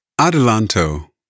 Adelanto